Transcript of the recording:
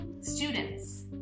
students